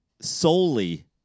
solely